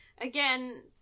again